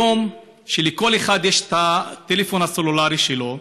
היום, כשלכל אחד יש את טלפון הסלולרי שלו,